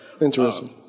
interesting